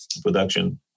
production